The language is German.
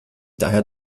daher